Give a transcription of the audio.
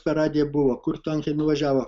per radiją buvo kur tankai nuvažiavo